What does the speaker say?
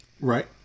Right